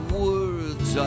words